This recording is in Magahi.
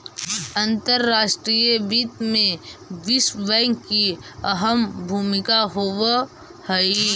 अंतर्राष्ट्रीय वित्त में विश्व बैंक की अहम भूमिका होवअ हई